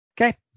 Okay